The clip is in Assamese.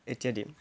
ইত্যাদি